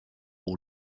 all